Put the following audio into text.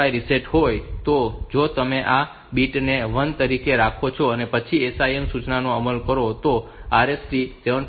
5 reset હોય તો જો તમે આ બીટ ને 1 તરીકે રાખો અને તે પછી SIM સૂચનાનો અમલ કરો તો RST 7